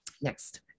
next